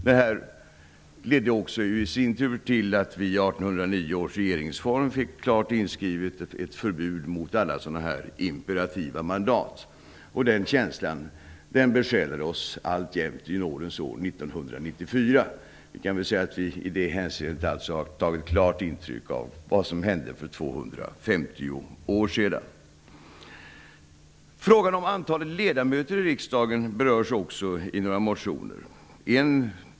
Det ledde i sin tur till att det blev klart inskrivet i 1809-års regeringsform ett förbud mot alla sådana imperativa mandat. Den känslan besjälar oss alltjämt i nådens år 1994. Vi har i det hänseendet tagit klart intryck av vad som hände för 250 år sedan. Frågan om antalet ledamöter i riksdagen berörs också i några motioner.